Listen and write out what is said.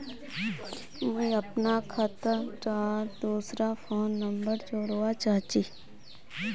मुई अपना खाता डात दूसरा फोन नंबर जोड़वा चाहची?